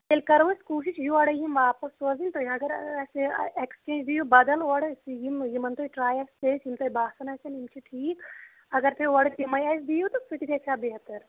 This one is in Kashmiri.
تیٚلہِ کَرو أسۍ کوٗشِش یورے یِم واپَس سوزنٕکۍ تُہۍ اَگر اَسہِ ایکسچینج دِیو بَدل اورٕ یِم یِمَن تُہۍ ٹراے آسہِ کٔرِتھ یِم تۄہہِ باسان آسان یِم چھِ ٹھیٖک اگر تُہی اورٕ تِمے اَسہِ دِیہو تہٕ سُہ تہِ گَژھِ ہا بہتر